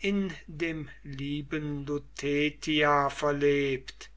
in dem lieben lutetia verlebt